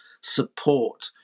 support